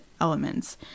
elements